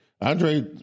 Andre